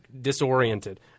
disoriented